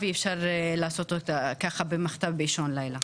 אי אפשר לעשות אותה כך במחטף באישון לילה.